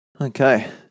Okay